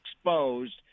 exposed